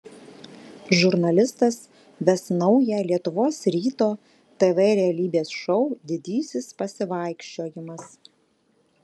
žurnalistas ves naują lietuvos ryto tv realybės šou didysis pasivaikščiojimas